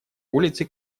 улице